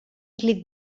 klik